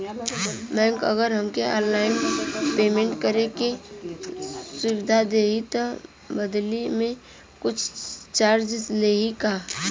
Bank अगर हमके online payment करे के सुविधा देही त बदले में कुछ चार्जेस लेही का?